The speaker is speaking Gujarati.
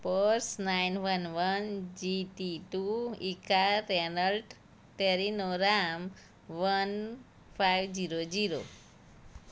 purse nine one one GT two ઇકાર રેનલ્ટ ટેરીનો રામ વન ફાઇવ ઝીરો ઝીરો